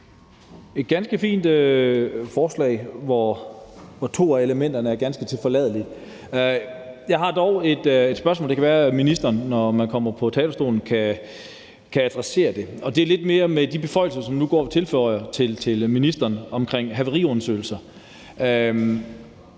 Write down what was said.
et ganske fint forslag, hvor to af elementerne er ganske tilforladelige. Jeg har dog et spørgsmål. Det kan være, at ministeren, når han kommer på talerstolen, kan adressere det. Det er lidt omkring de beføjelser, som nu bliver tilføjet til ministeren, om havariundersøgelser.